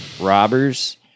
Robbers